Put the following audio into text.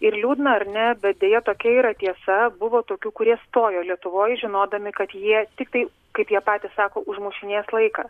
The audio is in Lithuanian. ir liūdna ar ne bet deja tokia yra tiesa buvo tokių kurie stojo lietuvoj žinodami kad jie tiktai kaip jie patys sako užmušinės laiką